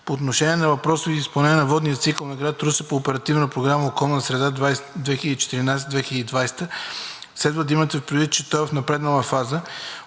По отношение на въпроса Ви за изпълнението на водния цикъл на град Русе по Оперативна програма „Околна среда 2014 – 2020 г.“ следва да имате предвид, че той е в напреднала фаза.